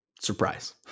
surprise